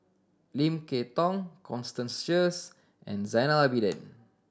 Lim Kay Tong Constance Sheares and Zainal Abidin